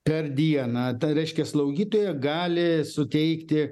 per dieną tai reiškia slaugytoja gali suteikti